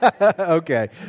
Okay